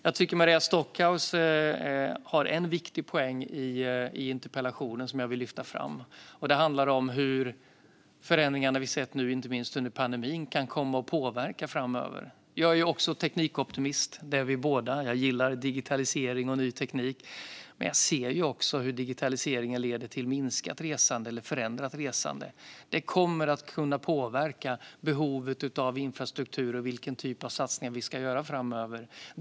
Jag tycker att Maria Stockhaus har en viktig poäng i interpellationen som jag vill lyfta fram. Det handlar om hur förändringarna som vi har sett nu, inte minst under pandemin, kan komma att påverka framöver. Jag är också teknikoptimist. Det är både Maria Stockhaus och jag. Jag gillar digitalisering och ny teknik. Men jag ser också hur digitaliseringen leder till minskat resande eller förändrat resande. Det kommer att kunna påverka behovet av infrastruktur och vilken typ av satsningar som vi ska göra framöver.